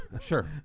Sure